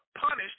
punished